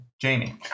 Jamie